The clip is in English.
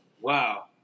Wow